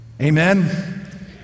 Amen